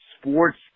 sports